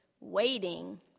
Waiting